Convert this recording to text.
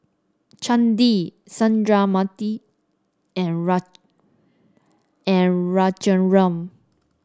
Chandi Sundramoorthy and and Raghuram